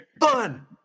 Fun